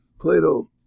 Plato